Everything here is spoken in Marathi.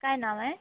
काय नाव आहे